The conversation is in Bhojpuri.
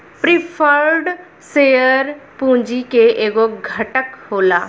प्रिफर्ड शेयर पूंजी के एगो घटक होला